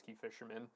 fisherman